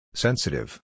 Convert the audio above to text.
Sensitive